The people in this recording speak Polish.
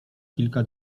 kilka